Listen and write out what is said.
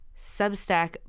Substack